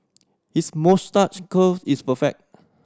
his moustache curl is perfect